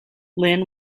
lynn